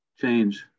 Change